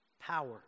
power